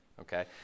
okay